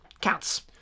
Cats